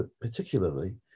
particularly